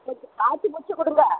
கொஞ்சம் பார்த்து முடிச்சிக்கொடுங்க